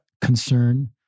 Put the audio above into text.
concern